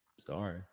sorry